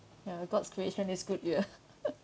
ya god's creation is good ya